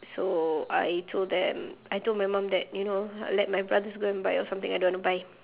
so I told them I told my mum that you know uh let my brothers go and buy or something I don't want to buy